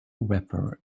vapor